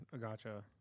Gotcha